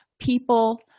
people